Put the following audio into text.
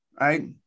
right